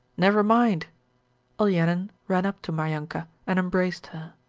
never mind olenin ran up to maryanka and embraced her.